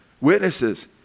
Witnesses